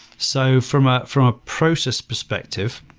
so from ah from a process perspective,